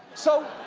so,